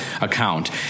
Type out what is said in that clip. account